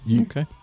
okay